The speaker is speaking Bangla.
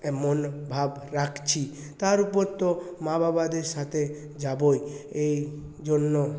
মনভাব রাখছি তার উপর তো মা বাবাদের সাথে যাবো এই জন্য